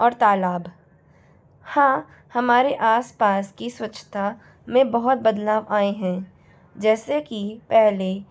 और तालाब हाँ हमारे आस पास की स्वच्छता में बोहोत बदलाव आए हैं जैसे कि पहले